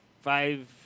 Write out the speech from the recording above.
five